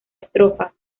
estrofas